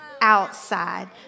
outside